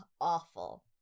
awful